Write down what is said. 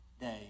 day